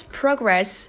progress